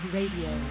Radio